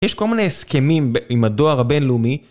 יש כל מיני הסכמים עם הדואר הבינלאומי